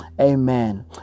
Amen